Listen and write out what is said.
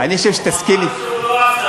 אני חושב שתסכים, לא.